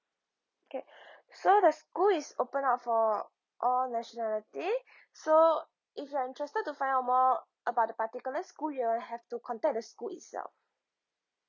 okay so the school is open out for all nationality so if you're interested to find out more about the particular school you'll have to contact the school itself